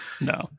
No